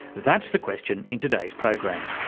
that's the question in today's program.